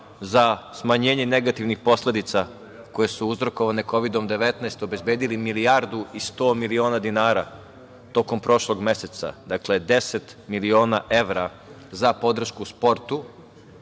za smanjenje negativnih posledice koje su uzrokovane Kovidom 19 obezbedili 1,1 milijardu dinara tokom prošlog meseca, dakle, 10 miliona evra za podršku sportu.